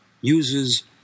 uses